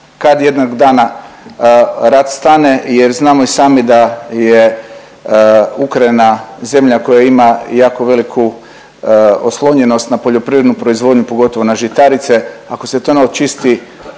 kad jednog dana rat stane jer znamo i sami da je Ukrajina zemlja koja ima jako veliku oslonjenost na poljoprivrednu proizvodnju, pogotovo na žitarice, ako se to ne očisti